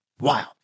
wild